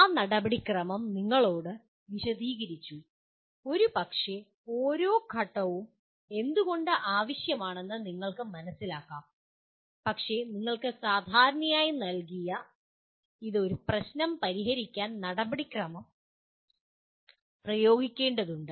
ആ നടപടിക്രമം നിങ്ങളോട് വിശദീകരിച്ചു ഒരുപക്ഷേ ഓരോ ഘട്ടവും എന്തുകൊണ്ട് ആവശ്യമാണെന്ന് നിങ്ങൾക്ക് മനസിലാക്കാം പക്ഷേ നിങ്ങൾക്ക് സാധാരണയായി നൽകിയ ഇത് ഒരു പ്രശ്നം പരിഹരിക്കാൻ നടപടിക്രമം പ്രയോഗിക്കേണ്ടതുണ്ട്